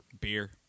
Beer